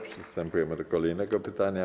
Przystępujemy do kolejnego pytania.